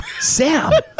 Sam